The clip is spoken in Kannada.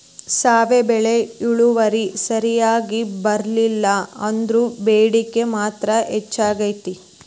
ಸಾವೆ ಬೆಳಿ ಇಳುವರಿ ಸರಿಯಾಗಿ ಬರ್ಲಿಲ್ಲಾ ಅಂದ್ರು ಬೇಡಿಕೆ ಮಾತ್ರ ಹೆಚೈತಿ